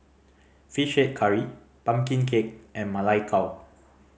Fish Head Curry pumpkin cake and Ma Lai Gao